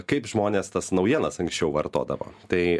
kaip žmonės tas naujienas anksčiau vartodavo tai